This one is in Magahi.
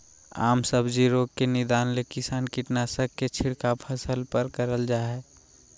आम सब्जी रोग के निदान ले किसान कीटनाशक के छिड़काव फसल पर करल जा हई